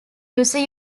user